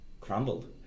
crumbled